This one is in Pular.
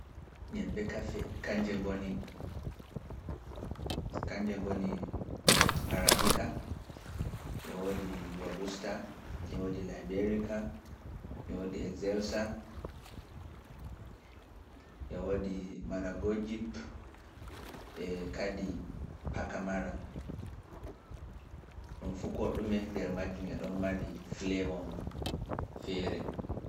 Nyebbekafe kanje ngoni. Kanje ngoni Arabika, Robusta, Liberika, Exelsa, Maragojip, e kadi Pakamara. Ɗuum fu ko ɗume nder majju e ɗon mari fleevom feere.